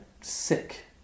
sick